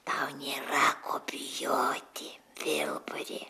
tau nėra ko bijoti vilburi